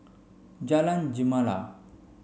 Jalan Gemala